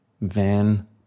van